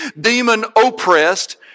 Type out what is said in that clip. demon-oppressed